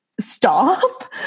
stop